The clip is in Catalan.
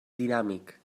dinàmic